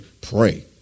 pray